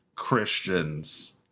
Christians